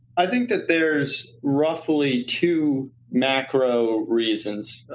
i think that there's roughly two macro-reasons.